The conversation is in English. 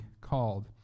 called